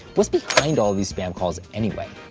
what's behind all these spam calls anyway?